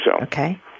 Okay